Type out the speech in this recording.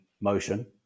Motion